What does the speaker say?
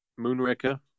...Moonraker